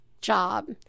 job